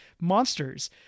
monsters